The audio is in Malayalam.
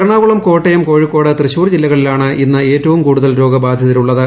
എറണാകുളം കോട്ടയം കോഴിക്കോട് തൃശൂർ ജില്ലകളിലാണ് ഇന്ന് ഏറ്റവും കൂടുതൽ രോഗബാധിതരുള്ളത്